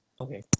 Okay